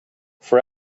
for